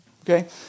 okay